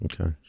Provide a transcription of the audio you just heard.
Okay